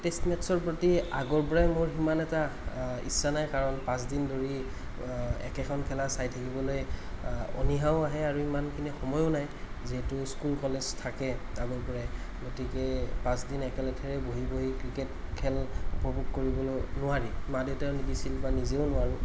test মেটচৰ প্ৰতি আগৰ পৰাই মোৰ সিমান এটা ইচ্ছা নাই কাৰণ পাঁচদিন ধৰি একেখন খেলা চাই থাকিবলৈ অনিহাও আহে আৰু ইমানখিনি সময়ো নাই যিহেতু স্কুল কলেজ থাকে আগৰপৰাই গতিকে পাঁচদিন একে লেথাৰিয়ে বহি বহি ক্ৰিকেট খেল উপভোগ কৰিবলৈ নোৱাৰি মা দেউতাও নিদিছিল বা নিজেও নোৱাৰোঁ